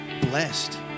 blessed